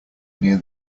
near